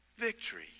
victory